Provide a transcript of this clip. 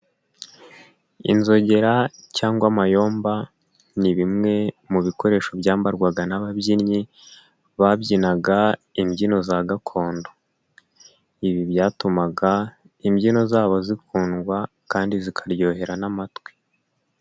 Inzogera cyangwa mayomba, ni bimwe mu bikoresho byambarwaga n'ababyinnyi babyinaga imbyino za gakondo. Ibi byatumaga imbyino zabo zikundwa kandi zikaryohera n'amatwi.